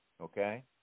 Okay